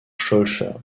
schœlcher